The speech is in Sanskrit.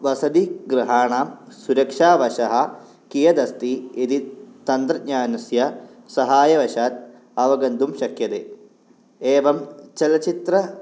वसतिगृहाणां सुक्षावशः कीयदस्ति इति तन्त्रज्ञानस्य सहायवशात् अवगन्तुं शक्यते एवं चलचित्र